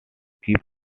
keep